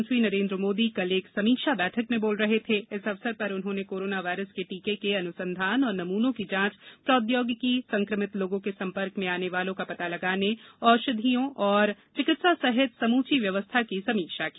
प्रधानमंत्री नरेन्द्र मोदी कल एक समीक्षा बैठक में बोल रहे थे इस अवसर पर उन्होंने कोरोना वायरस के टीके के अनुसंधान और नमूनों की जांच प्रौद्योगिकी संक्रमित लोगों के संपर्क में आने वालों का पता लगाने औषधियों और चिकित्सा सहित समूची व्यवस्था की समीक्षा की